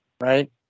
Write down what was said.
Right